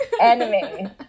anime